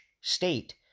state